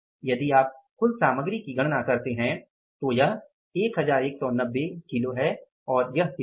यदि आप कुल सामग्री की गणना करते हैं तो यह 1190 किलो है और यह कितना है